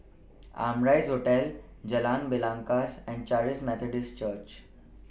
Amrise Hotel Jalan Belangkas and Charis Methodist Church